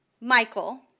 Michael